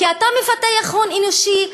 כי אתה מפתח הון אנושי,